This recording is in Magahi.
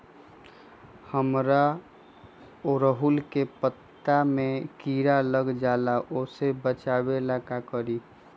हमरा ओरहुल के पत्ता में किरा लग जाला वो से बचाबे ला का करी?